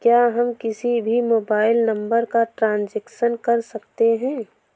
क्या हम किसी भी मोबाइल नंबर का ट्रांजेक्शन कर सकते हैं?